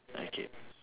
okay